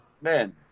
man